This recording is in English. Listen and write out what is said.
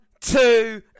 two